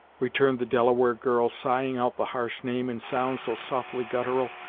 returned the delaware girl, sighing out the harsh name, in sounds so softly guttural,